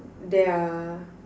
there are